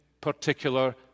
particular